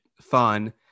fun